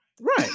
Right